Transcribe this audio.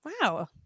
wow